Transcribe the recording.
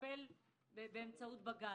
לטפל באמצעות בג"ץ.